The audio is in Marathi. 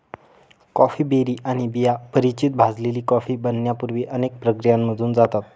कॉफी बेरी आणि त्यांच्या बिया परिचित भाजलेली कॉफी बनण्यापूर्वी अनेक प्रक्रियांमधून जातात